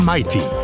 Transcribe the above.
Mighty